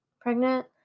pregnant